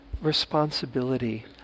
responsibility